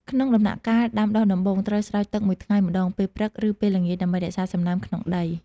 ក្នុងដំណាក់កាលដាំដុះដំបូង ត្រូវស្រោចទឹក ១ថ្ងៃម្តង ពេលព្រឹក ឬពេលល្ងាច ដើម្បីរក្សាសំណើមក្នុងដី។